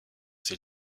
ses